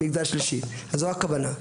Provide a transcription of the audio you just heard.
מגזר שלישי זו הכוונה.